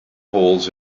holes